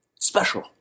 Special